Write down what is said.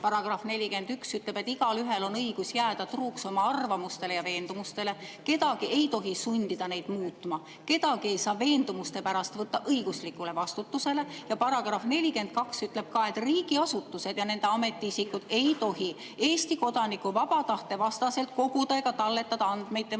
§ 41 ütleb, et igaühel on õigus jääda truuks oma arvamustele ja veendumustele, kedagi ei tohi sundida neid muutma ning kedagi ei saa tema veendumuste pärast võtta õiguslikule vastutusele. Ja § 42 ütleb, et riigiasutused ja nende ametiisikud ei tohi Eesti kodaniku vaba tahte vastaselt koguda ega talletada andmeid tema